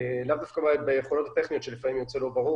לאו דווקא ביכולות הטכניות כאשר לפעמים הדף יוצא לא ברור